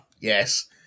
Yes